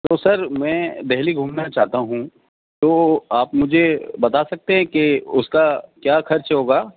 تو سر میں دہلی گھومنا چاہتا ہوں تو آپ مجھے بتا سکتے ہیں کہ اس کا کیا خرچ ہوگا